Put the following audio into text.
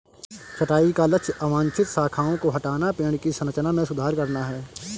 छंटाई का लक्ष्य अवांछित शाखाओं को हटाना, पेड़ की संरचना में सुधार करना है